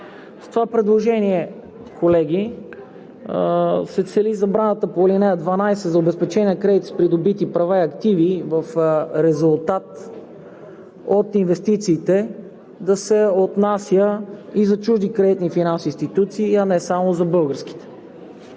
С това предложение, колеги, се цели забраната по ал. 12 за обезпечение на кредити с придобити права и активи в резултат от инвестициите да се отнася и за чужди кредитни и финансови институции, а не само за българските.